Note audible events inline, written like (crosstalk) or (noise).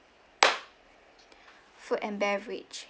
(noise) food and beverage